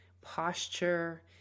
posture